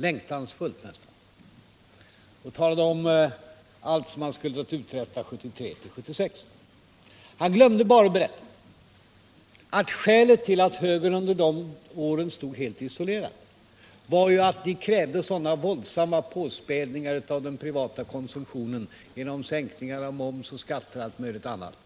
Han talade om allt som han skulle ha uträttat under åren 1973-1976. Han glömde bara att berätta att skälet till att moderaterna under de åren stod helt isolerade var att de krävde så våldsamma påspädningar i den privata konsumtionen genom sänkning av moms, skatter m.m. att